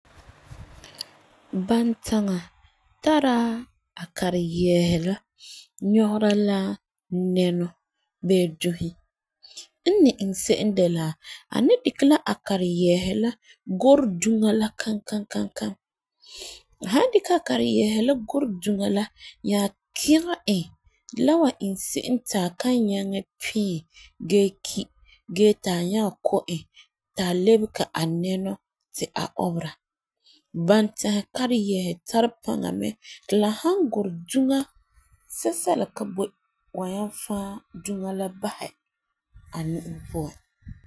Bantaŋa tara a kariyɛɛse la nyɔgera la nɛnɔ bee dusi, iŋa n ni se'em de la a ni dikɛ la a kariyɛɛse la gurɛ duŋa la kankan kankan, a san dikɛ a kariyɛɛse gurɛ duŋa la nya kɛke e la wan iŋɛ se'em ti a kan nyaŋɛ pee gee ki gee ta nya Ku e ta lebege a nɛŋɔ ti a obɛ. Bantaŋa kariyɛɛse tari paŋa me ti la san gurɛ duŋa sɛsɛla ka boi wa nyaŋɛ faa duŋa la basɛ a nu'o puan.